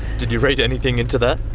did you read anything into that?